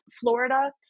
Florida